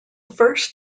first